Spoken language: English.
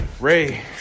Ray